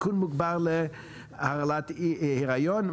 סיכון מוגבר לרעלת הריון,